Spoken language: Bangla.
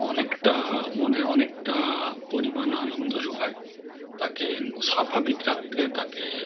অনেকটা মনের অনেকটা পরিমাণ আনন্দ জোগায় তাকে স্বাভাবিক রাখতে তাকে